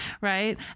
right